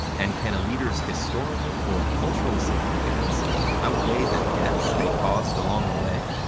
and can a leader's historical or cultural signifigance outweigh the deaths they caused along the way?